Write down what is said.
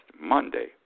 Monday